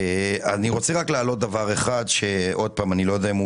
אני רוצה להעלות רק דבר אחד שאני לא יודע אם הוא